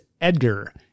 Edgar